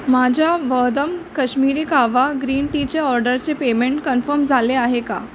माझ्या वधम कश्मिरी काहवा ग्रीन टीच्या ऑर्डरचे पेमेंट कन्फर्म झाले आहे का